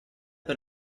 per